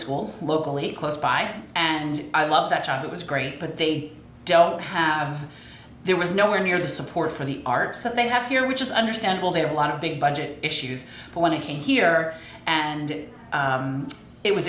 school locally close by and i love that job it was great but they don't have there was nowhere near the support for the arts so they have here which is understandable there are a lot of big budget issues but when i came here and it was